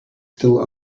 still